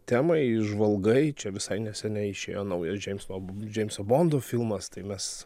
temai žvalgai čia visai neseniai išėjo naujas džeimso džeimso fondo filmas tai mes